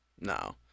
No